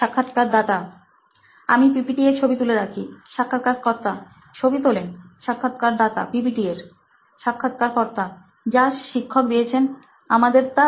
সাক্ষাৎকারদাতা আমি পিপিটি এর ছবি তুলে রাখি সাক্ষাৎকারকর্তা ছবি তোলেন সাক্ষাৎকারদাতা পিপিটি এর সাক্ষাৎকারকর্তা যা শিক্ষক দিয়েছেন আমাদের তার